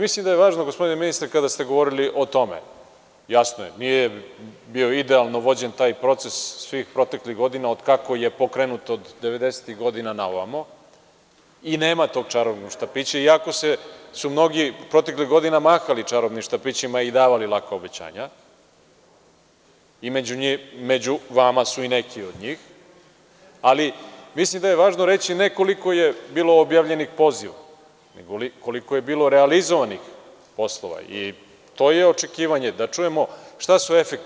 Mislim da je važno, gospodine ministre, kada ste govorili o tome, jasno je, nije bio idealno vođen taj proces svih proteklih godina od kako je pokrenut od 90-ih godina na ovamo, i nema tog čarobnog štapića, i ako su mnogi proteklih godina mahali čarobnim štapićem, pa i davali laka obećanja, i među vama su i neki od njih, ali, mislim da je važno reći ne koliko je bilo objavljenih poziva, nego koliko je bilo realizovanih poslova, i to je očekivanje, da čujemo šta su efekti.